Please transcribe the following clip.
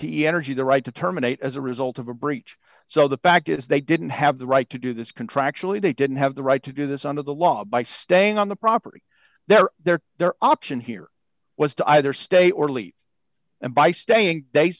t energy the right to terminate as a result of a breach so the fact is they didn't have the right to do this contractually they didn't have the right to do this under the law by staying on the property their their their option here was to either stay or leave and by staying they